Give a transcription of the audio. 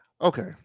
okay